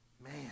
Man